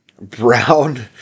Brown